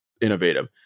innovative